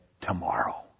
tomorrow